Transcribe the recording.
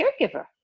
caregiver